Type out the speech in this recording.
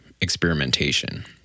experimentation